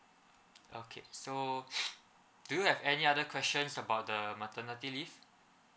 okay so do you have any other questions about the maternity leave